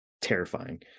terrifying